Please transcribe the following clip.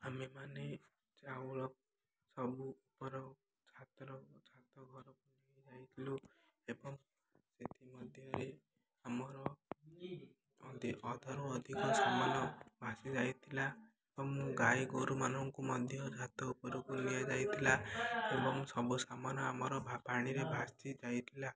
ଆମେମାନେ ଚାଉଳ ସବୁ ଉପର ଛାତ ଛାତ ଘରକୁୁ ଯାଇଥିଲୁ ଏବଂ ସେଥିମଧ୍ୟରେ ଆମର ଅଧରୁ ଅଧିକ ସମାନ ଭାସିଯାଇଥିଲା ଏବଂ ଗାଈ ଗୋରୁମାନଙ୍କୁ ମଧ୍ୟ ଛାତ ଉପରକୁ ନିଆଯାଇଥିଲା ଏବଂ ସବୁ ସାମାନ ଆମର ପାଣିରେ ଭାସି ଯାଇଥିଲା